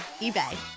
eBay